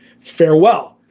Farewell